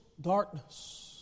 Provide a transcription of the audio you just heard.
darkness